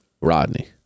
Rodney